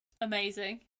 Amazing